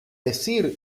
decir